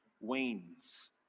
wanes